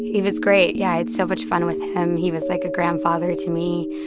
he was great. yeah, i had so much fun with him. he was like a grandfather to me.